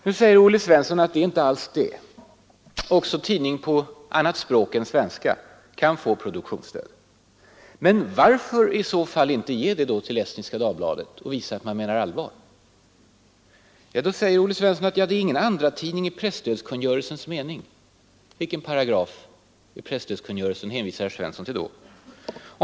Nu säger Olle Svensson att det inte alls är så — också tidningar som kommer ut på annat språk än svenska kan få produktionsstöd. Men varför i så fall inte ge det till Estniska Dagbladet? Varför inte visa att man menar allvar? Jo, säger då Olle Svensson, det är ingen andratidning i presstödkungörelsens mening. Vilken paragraf i presstödkungörelsen hänvisar Olle Svensson till då?